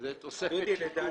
זו תוספת שיפוט.